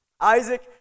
Isaac